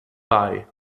bei